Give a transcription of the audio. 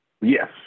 Yes